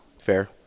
Fair